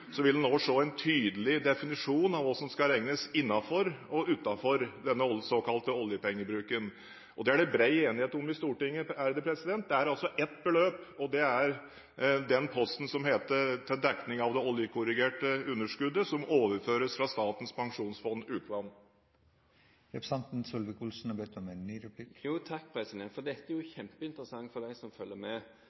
vil en også se en tydelig definisjon av hva som skal regnes innenfor og utenfor denne såkalte oljepengebruken. Det er det bred enighet om i Stortinget. Det er altså ett beløp, og det er posten til dekning av det oljekorrigerte underskuddet som overføres fra Statens pensjonsfond utland. Dette er kjempeinteressant for dem som følger med, for statsråden sier jo nå at det også blir brukt penger utenfor statsbudsjettet. Det definerer hva som